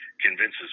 convinces